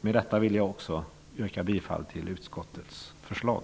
Med detta yrkar jag bifall till utskottets förslag.